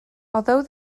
although